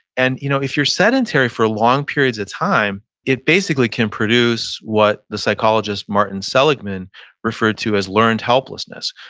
and you know if you're sedentary for long periods of time, it basically can produce what the psychologist martin seligman referred to as learned helplessness,